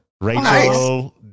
Rachel